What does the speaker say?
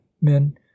men